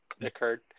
occurred